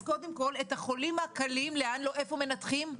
אז קודם כל את החולים הקלים איפה מנתחים?